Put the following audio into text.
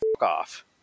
Off